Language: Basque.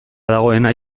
dagoena